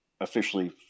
officially